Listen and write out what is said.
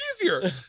easier